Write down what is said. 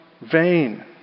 vain